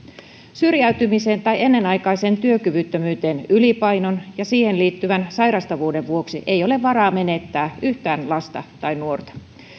syrjäytymiseen tai ennenaikaiseen työkyvyttömyyteen ylipainon ja siihen liittyvän sairastavuuden vuoksi ei ole varaa menettää yhtään lasta tai nuorta